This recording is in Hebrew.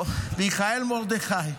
מיכאל מרדכי.